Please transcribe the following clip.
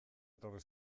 etorri